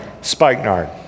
spikenard